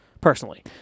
personally